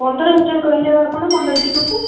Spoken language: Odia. ପନ୍ଦର ହଜାର କହିଲେ ବା ଆପଣ ପନ୍ଦର ଦିନକୁ